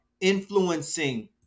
influencing